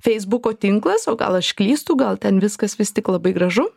feisbuko tinklas o gal aš klystu gal ten viskas vis tik labai gražu